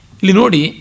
Linodi